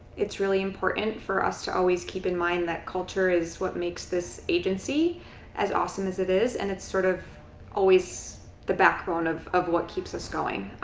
it's really important for to always keep in mind that culture is what makes this agency as awesome as it is and it's sort of always the backbone of of what keeps us going.